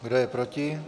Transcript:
Kdo je proti?